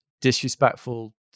disrespectful